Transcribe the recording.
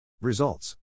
Results